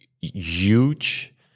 huge